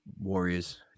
Warriors